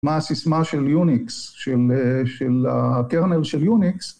מה הסיסמה של יוניקס, של הקרנל של יוניקס.